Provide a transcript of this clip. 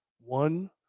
one